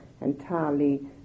entirely